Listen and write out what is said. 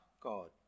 God